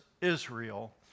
Israel